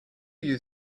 you